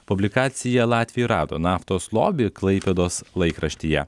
publikacija latviai rado naftos lobį klaipėdos laikraštyje